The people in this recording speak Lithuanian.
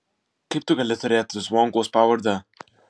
kaip tu gali turėti zvonkaus pavardę